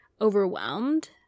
overwhelmed